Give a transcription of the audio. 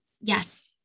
yes